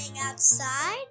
outside